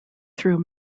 through